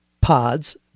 pods